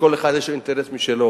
שכל אחד יש לו אינטרס משלו.